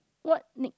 what nick